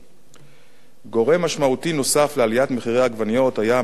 גורם משמעותי נוסף לעליית מחירי העגבניות היה המחסור הקיים בעובדים.